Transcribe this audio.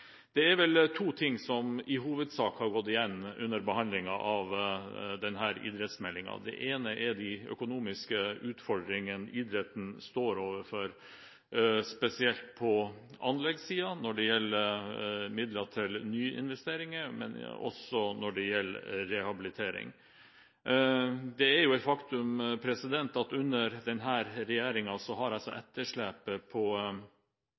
som i hovedsak har gått igjen under behandlingen av denne idrettsmeldingen, er de økonomiske utfordringene idretten står overfor, spesielt på anleggssiden når det gjelder midler til nyinvesteringer, og også når det gjelder rehabilitering. Det er et faktum at under